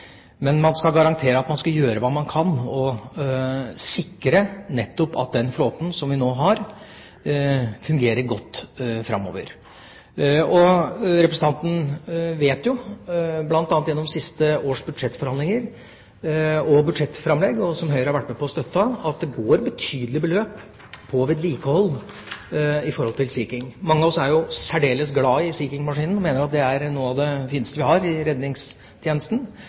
Men man skal garantere at man skal gjøre hva man kan, og sikre nettopp at den flåten som vi nå har, fungerer godt framover. Representanten vet jo, bl.a. gjennom siste års budsjettbehandlinger og budsjettframlegg – som Høyre har vært med på å støtte – at det går betydelige beløp til vedlikehold på Sea King. Mange av oss er særdeles glad i Sea King-maskinen, og mener at det er noe av det fineste vi har i redningstjenesten.